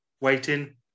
Waiting